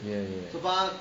ya ya